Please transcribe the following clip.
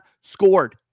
scored